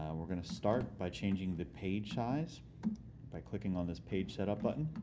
and we're going to start by changing the page size by clicking on this page set up button.